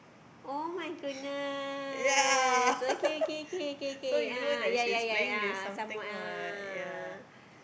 [oh]-my-goodness okay okay okay okay a'ah ya ya ya a'ah somewhat ah